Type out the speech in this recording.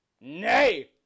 nay